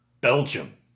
Belgium